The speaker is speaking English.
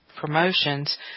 promotions